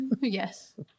Yes